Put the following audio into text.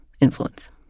influence